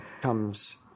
comes